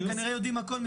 הם כנראה יודעים הכול,